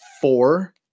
four